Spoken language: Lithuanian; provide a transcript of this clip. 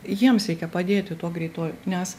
jiems reikia padėti tuo greituoju nes